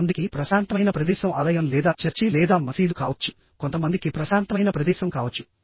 కొంతమందికి ప్రశాంతమైన ప్రదేశం ఆలయం లేదా చర్చి లేదా మసీదు కావచ్చు కొంతమందికి ప్రశాంతమైన ప్రదేశం కావచ్చు